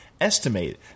estimate